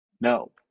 No